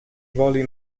voli